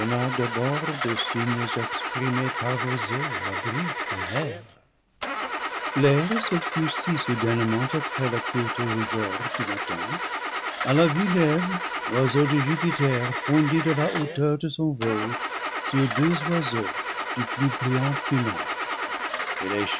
d'abord des signes exprimés par l'oiseau la brute et l'air l'air s'obscurcit soudainement après la courte rougeur du matin à la vue d'eve l'oiseau de jupiter fondit de la hauteur de son vol sur deux oiseaux du plus brillant plumage